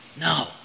no